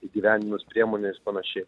įgyvendinus priemonę ir panašiai